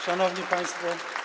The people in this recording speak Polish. Szanowni Państwo!